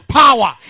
power